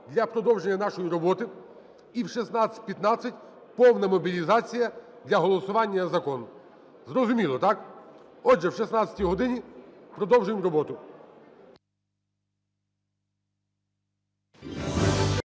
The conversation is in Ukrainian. для продовження нашої роботи. І в 16:15 повна мобілізація для голосування за закон. Зрозуміло, так? Отже, о 16 годині продовжуємо роботу.